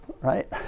Right